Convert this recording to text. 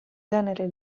genere